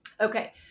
Okay